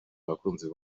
abakunzi